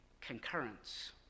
concurrence